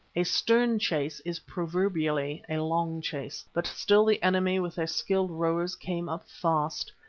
a stern chase is proverbially a long chase, but still the enemy with their skilled rowers came up fast.